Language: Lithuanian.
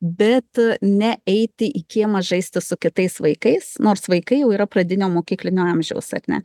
bet ne eiti į kiemą žaisti su kitais vaikais nors vaikai jau yra pradinio mokyklinio amžiaus ar ne